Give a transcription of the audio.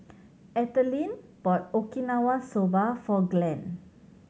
Ethelene bought Okinawa Soba for Glen